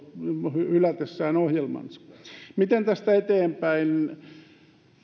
hylätessään ohjelmansa miten tästä eteenpäin